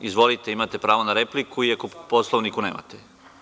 Izvolite, imate pravo na repliku, iako po Poslovniku nemate.